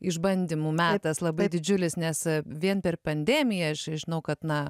išbandymų metas labai didžiulis nes vien per pandemiją aš žinau kad na